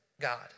God